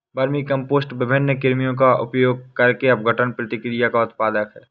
vermicompost विभिन्न कृमियों का उपयोग करके अपघटन प्रक्रिया का उत्पाद है